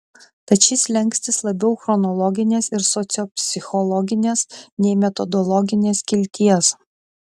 tad šis slenkstis labiau chronologinės ir sociopsichologinės nei metodologinės kilties